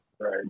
right